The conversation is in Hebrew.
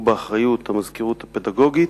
הוא באחריות המזכירות הפדגוגית,